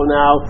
now